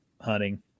hunting